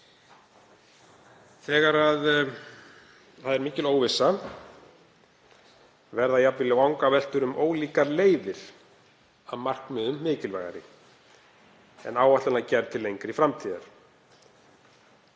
Þegar það er mikil óvissa verða jafnvel vangaveltur um ólíkar leiðir að markmiðum mikilvægari en áætlunargerð til lengri framtíðar.